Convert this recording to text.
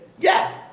yes